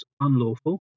unlawful